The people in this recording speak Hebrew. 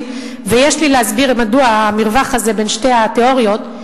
ויש לי להסביר מדוע המרווח הזה בין שתי התיאוריות,